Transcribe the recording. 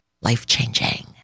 life-changing